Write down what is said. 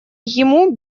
ему